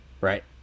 Right